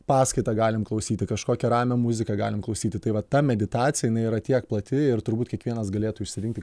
paskaitą galim klausyti kažkokią ramią muziką galim klausyti tai vat ta meditacija jinai yra tiek plati ir turbūt kiekvienas galėtų išsirinkti